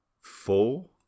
four